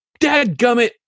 dadgummit